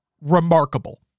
remarkable